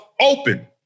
open